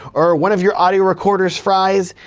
or one of your audio recorders fries,